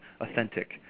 authentic